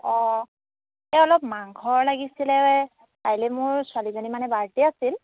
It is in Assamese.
অঁ এ অলপ মাংস লাগিছিলে কাইলৈ মোৰ ছোৱালীজনীৰ মানে বাৰ্থডে আছিল